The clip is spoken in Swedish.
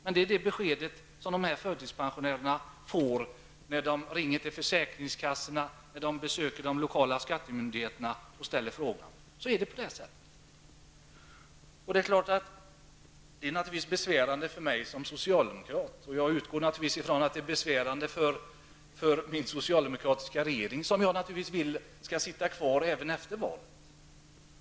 Men när dessa förtidspensionärer tar kontakt med försäkringskassorna och de lokala skattemyndigheterna får de besked om att det förhåller sig på det här sättet. Detta är naturligtvis besvärande för mig som socialdemokrat och jag utgår ifrån att det är besvärande för den socialdemokratiska regeringen, som jag vill ha kvar även efter valet.